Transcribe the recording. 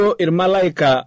irmalaika